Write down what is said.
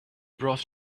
brought